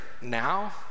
now